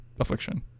affliction